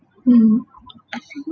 mmhmm I see it